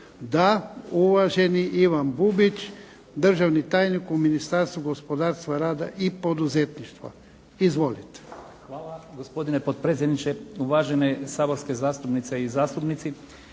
Da? Uvaženi Ivan Bubić, državni tajnik u ministarstvu gospodarstva, rada i poduzetništva. Izvolite. **Bubić, Ivan** Hvala gospodine potpredsjedniče, uvažene saborske zastupnice i zastupnici.